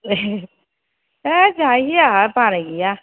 है जायो आंहा बाराय गैया